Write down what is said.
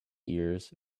ears